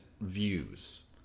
views